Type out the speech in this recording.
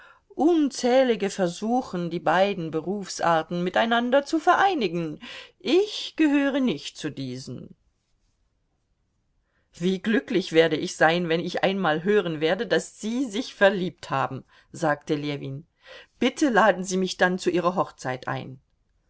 unzählige versuchen die beiden berufsarten miteinander zu vereinigen ich gehöre nicht zu diesen wie glücklich werde ich sein wenn ich einmal hören werde daß sie sich verliebt haben sagte ljewin bitte laden sie mich dann zu ihrer hochzeit ein